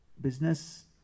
business